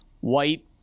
white